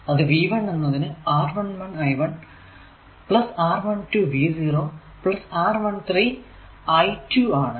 അത് V1 എന്നതിന് r 1 1 I1 r12 V0 r13 I2 ആണ്